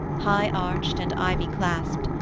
high-arched and ivy-claspt,